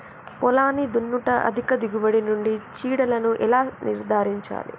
పొలాన్ని దున్నుట అధిక దిగుబడి నుండి చీడలను ఎలా నిర్ధారించాలి?